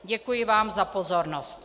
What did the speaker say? Děkuji vám za pozornost.